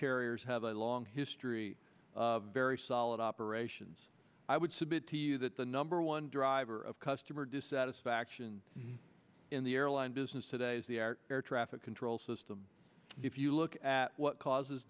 carriers have a long history of very solid operations i would submit to you that the number one driver of customer dissatisfaction in the airline business today is the air traffic control system if you look at what causes